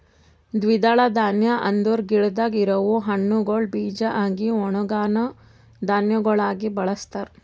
ದ್ವಿದಳ ಧಾನ್ಯ ಅಂದುರ್ ಗಿಡದಾಗ್ ಇರವು ಹಣ್ಣುಗೊಳ್ ಬೀಜ ಆಗಿ ಒಣುಗನಾ ಧಾನ್ಯಗೊಳಾಗಿ ಬಳಸ್ತಾರ್